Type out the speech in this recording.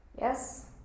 Yes